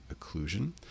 occlusion